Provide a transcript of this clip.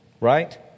Right